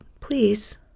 please